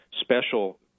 special